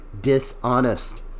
dishonest